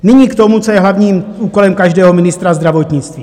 Nyní k tomu, co je hlavním úkolem každého ministra zdravotnictví.